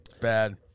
Bad